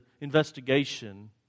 investigation